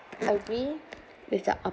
agree with the op~